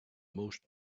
most